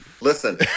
Listen